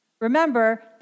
Remember